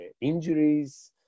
injuries